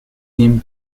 him